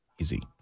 easy